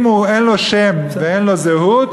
אם אין לו שם ואין לו זהות,